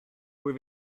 puoi